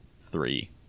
three